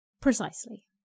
Precisely